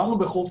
אנחנו בחופש,